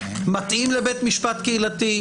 מתאים לבית משפט קהילתי,